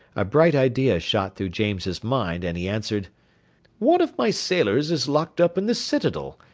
a bright idea shot through james's mind, and he answered one of my sailors is locked up in the citadel,